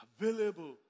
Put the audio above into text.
available